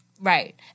Right